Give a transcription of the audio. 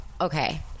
okay